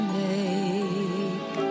make